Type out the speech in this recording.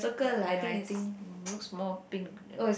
ya I think looks more pink there